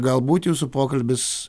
galbūt jūsų pokalbis